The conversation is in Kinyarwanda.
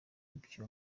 bya